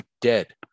dead